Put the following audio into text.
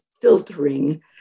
filtering